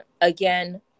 again